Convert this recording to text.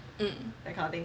mm